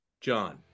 John